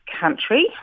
country